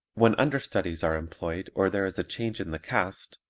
when understudies are employed or there is a change in the cast,